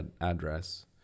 address